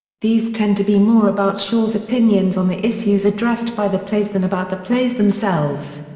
these tend to be more about shaw's opinions on the issues addressed by the plays than about the plays themselves.